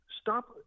Stop